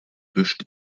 wischt